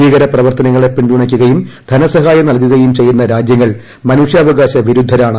ഭീകരപ്രവർത്തനങ്ങളെ പിന്തുണയ്ക്കുകയും ധനസഹായം നൽകുകയും ചെയ്യുന്ന രാജൃങ്ങൾ മനുഷ്യാവകാശ വിരുദ്ധരാണ്